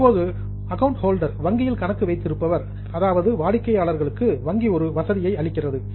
இப்போது account holder வங்கியில் கணக்கு வைத்திருப்பவர் அதாவது வாடிக்கையாளருக்கு வங்கி ஒரு வசதியை அளிக்கிறது